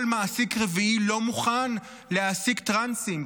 כל מעסיק רביעי לא מוכן להעסיק טרנסים.